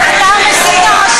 הראשי.